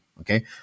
Okay